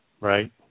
Right